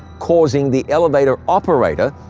causing the elevator operator,